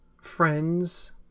friends